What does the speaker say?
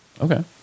Okay